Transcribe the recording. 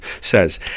says